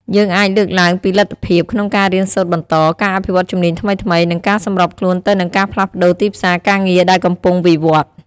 យើងអាចលើកឡើងពីលទ្ធភាពក្នុងការរៀនសូត្របន្ត ការអភិវឌ្ឍន៍ជំនាញថ្មីៗ និងការសម្របខ្លួនទៅនឹងការផ្លាស់ប្តូរទីផ្សារការងារដែលកំពុងវិវត្តន៍។